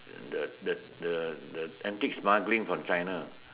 the the the the antique smuggling from China